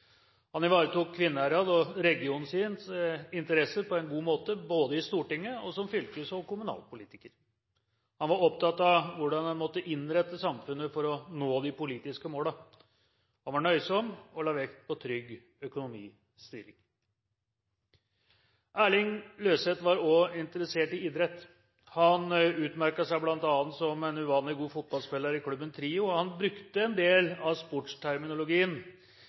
Han ivaretok Kvinnherad og regionens interesser på en god måte, både i Stortinget og som fylkes- og kommunalpolitiker. Han var opptatt av hvordan en måtte innrette samfunnet for å nå de politiske målene. Han var nøysom og la vekt på trygg økonomistyring. Erling Løseth var òg interessert i idrett. Han utmerket seg bl.a. som en uvanlig god fotballspiller i klubben Trio, og han brukte en del av sportsterminologien